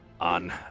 on